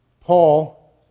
Paul